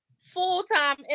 full-time